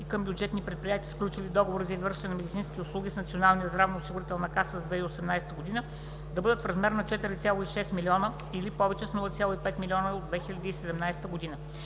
и към бюджетни предприятия, сключили договори за извършване на медицински услуги с Националната здравноосигурителна каса за 2018 г., да бъдат в размер на 4,6 млн. лв., или повече с 0,5 млн. лв. от 2017 г.